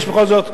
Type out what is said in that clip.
בכל זאת,